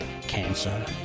cancer